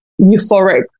euphoric